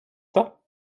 pas